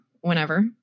whenever